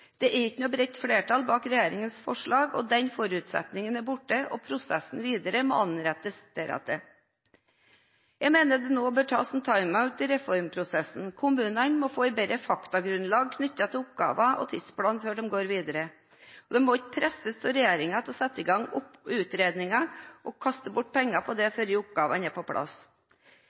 Det er ikke noe bredt flertall bak regjeringens forslag. Den forutsetningen er borte, og prosessen videre må anrettes deretter. Jeg mener det nå bør tas en «time-out» i reformprosessen. Kommunene må få et bedre faktagrunnlag når det gjelder oppgaver og tidsplan, før de går videre, og de må ikke presses av regjeringen til å sette i gang utredninger, og kaste bort penger på det, før oppgavene er på plass.